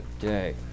Day